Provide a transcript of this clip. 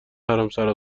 حرمسرا